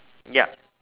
ya